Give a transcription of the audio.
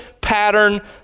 pattern